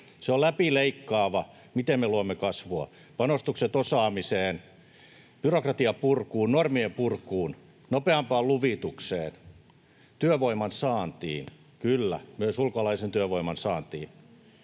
Se on läpileikkaava siinä, miten me luomme kasvua. Panostukset osaamiseen, byrokratian purkuun, normien purkuun, nopeampaan luvitukseen, työvoiman saantiin — kyllä, myös ulkomaalaisen työvoiman saantiin